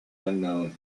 unknown